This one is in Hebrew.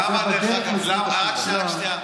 דרך אגב,